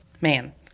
man